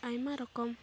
ᱟᱭᱢᱟ ᱨᱚᱠᱚᱢ